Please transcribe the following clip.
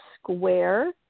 square